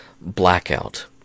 blackout